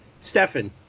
Stefan